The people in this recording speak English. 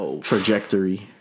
trajectory